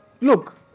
look